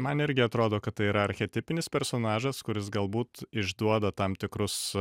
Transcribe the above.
man irgi atrodo kad tai yra archetipinis personažas kuris galbūt išduoda tam tikrus